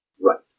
Right